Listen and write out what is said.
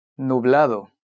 nublado